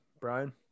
Brian